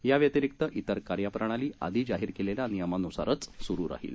याव्यतिरिक्त तिरकार्यप्रणालीआधीजाहीरकेलेल्यानियमानुसारसुरुराहील